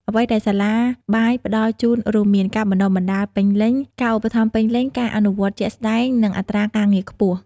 អ្វីដែលសាលាបាយផ្តល់ជូនរួមមាន ការបណ្តុះបណ្តាលពេញលេញ ការឧបត្ថម្ភពេញលេញ ការអនុវត្តជាក់ស្តែង និងអត្រាការងារខ្ពស់។